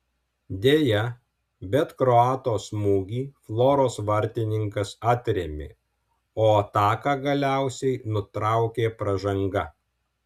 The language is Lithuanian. deja bet kroato smūgį floros vartininkas atrėmė o ataką galiausiai nutraukė pražanga